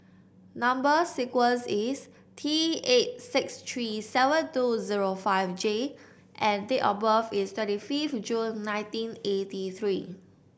number sequence is T eight six three seven two zero five J and date of birth is twenty fifth June nineteen eighty three